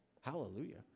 Hallelujah